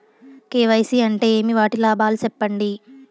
KYC అంటే ఏమి? వాటి లాభాలు సెప్పండి?